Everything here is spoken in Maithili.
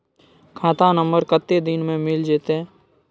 खाता नंबर कत्ते दिन मे मिल जेतै?